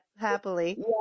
happily